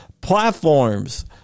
platforms